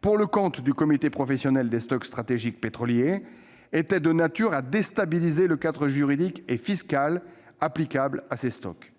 pour le compte du Comité professionnel des stocks stratégiques pétroliers (CPSSP) était de nature à déstabiliser le cadre juridique et fiscal applicable à ces stocks.